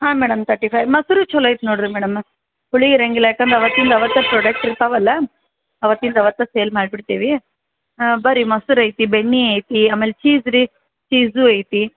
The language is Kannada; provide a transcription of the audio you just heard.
ಹಾಂ ಮೇಡಮ್ ತರ್ಟಿ ಫೈವ್ ಮೊಸ್ರು ಚೊಲೋ ಐತೆ ನೋಡಿರಿ ಮೇಡಮ್ಮ ಹುಳಿ ಇರೋಂಗಿಲ್ಲ ಯಾಕಂದ್ರೆ ಅವತ್ತಿಂದು ಅವತ್ತೇ ಪ್ರೊಡಕ್ಟ್ ಇರ್ತಾವಲ್ಲ ಅವತ್ತಿಂದು ಅವತ್ತೇ ಸೇಲ್ ಮಾಡ್ಬಿಡ್ತೇವೆ ಹಾಂ ಬನ್ರಿ ಮೊಸ್ರು ಐತಿ ಬೆಣ್ಣೆ ಐತಿ ಆಮೇಲೆ ಚೀಸ್ ರೀ ಚೀಸು ಐತಿ